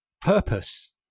purpose